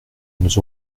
nous